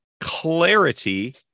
clarity